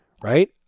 right